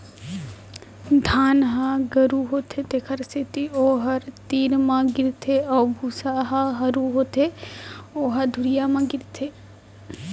धान ह गरू होथे तेखर सेती ओ ह तीर म गिरथे अउ भूसा ह हरू होथे त ओ ह दुरिहा म गिरथे